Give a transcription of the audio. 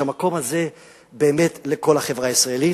שהמקום הזה באמת הוא לכל החברה הישראלית.